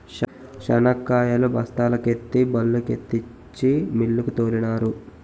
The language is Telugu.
శనక్కాయలు బస్తాల కెత్తి బల్లుకెత్తించి మిల్లుకు తోలినారు